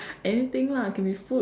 anything lah can be food